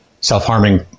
self-harming